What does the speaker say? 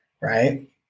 Right